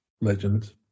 legends